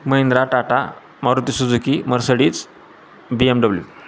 Mahindra Tata Maruti Suzuki Mercedes B M W